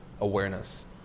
awareness